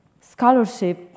scholarship